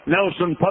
Nelson